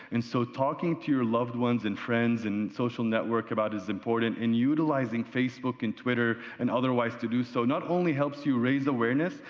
so, talking to your loved ones and friends and social network about is important and utilizing facebook and twitter and otherwise to do so not only helps you raise awareness,